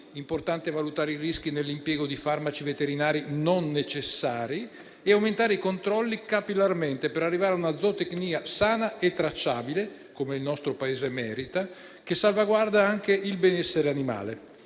importante valutare i rischi dell'impiego di farmaci veterinari non necessari e aumentare i controlli capillarmente per arrivare a una zootecnia sana e tracciabile, come il nostro Paese merita, che salvaguardi anche il benessere animale.